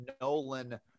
Nolan